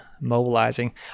mobilizing